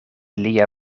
lia